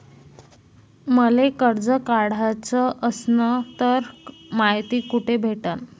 मले कर्ज काढाच असनं तर मायती कुठ भेटनं?